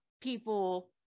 people